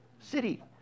city